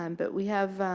um but we have